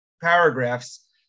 paragraphs